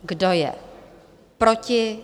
Kdo je proti?